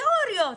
תיאוריות.